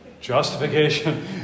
Justification